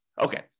Okay